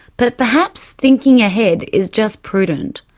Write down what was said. but perhaps thinking ahead is just prudent.